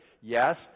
Yes